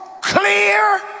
clear